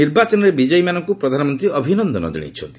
ନିର୍ବାଚନରେ ବିଜୟୀମାନଙ୍କୁ ପ୍ରଧାନମନ୍ତ୍ରୀ ଅଭିନନ୍ଦନ ଜଣାଇଛନ୍ତି